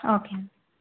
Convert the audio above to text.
okay అండి